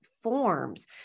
forms